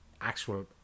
actual